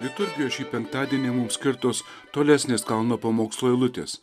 liturgijoj šį penktadienį mums skirtos tolesnės kalno pamokslo eilutės